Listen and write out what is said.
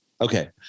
Okay